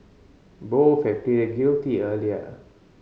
both had pleaded guilty earlier